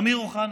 אמיר אוחנה.